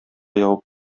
ябып